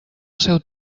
seu